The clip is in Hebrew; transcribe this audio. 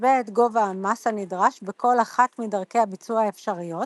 משווה את גובה המס הנדרש בכל אחת מדרכי הביצוע האפשריות,